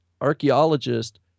archaeologist